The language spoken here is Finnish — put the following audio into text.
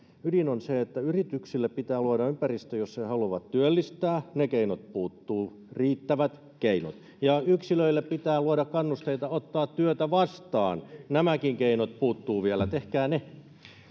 ydin on se että yrityksille pitää luoda ympäristö jossa he he haluavat työllistää ne keinot puuttuvat riittävät keinot ja yksilöille pitää luoda kannusteita ottaa työtä vastaan nämäkin keinot puuttuvat vielä tehkää ne